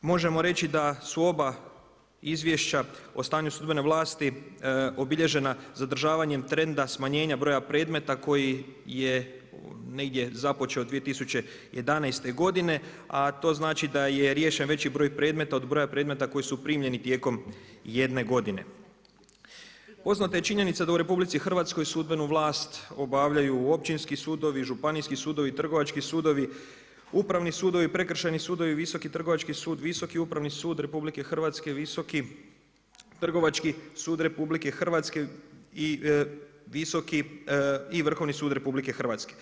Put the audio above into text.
Možemo reći da su oba izvješća o stanju sudbene vlasti obilježena zadržavanjem trenda smanjenja broja predmeta koji je negdje započeo 2011. g. a to znači da je riješen veći broj predmeta, od broja predmeta koji su primljeni tijekom 1 g. Poznata je činjenica da u RH sudbenu vlast obavljaju općinski sudovi, županijski sudovi, trgovački sudovi, upravni sudovi, prekršajni sudovi, Visoki trgovački sud, Visoki upravni sud RH, Visoki trgovački sud RH i Vrhovni sud RH.